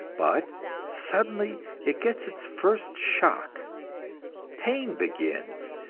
but suddenly it gets its first shock pain begins,